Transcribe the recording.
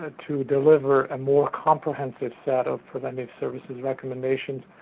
ah to deliver a more comprehensive set of preventative services recommendations,